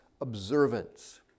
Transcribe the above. observance